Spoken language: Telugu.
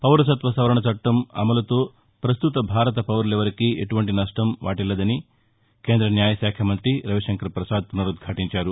పౌరసత్వ సవరణ చట్లం అమలుతో పస్తుత భారత పౌరులెవరికీ ఎటువంటి నష్షం లేదని న్న కేంద న్యాయశాఖ మంతి రవిశంకర్ పసాద్ పునరుద్ఘటించారు